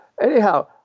anyhow